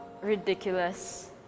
Ridiculous